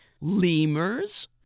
lemurs